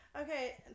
Okay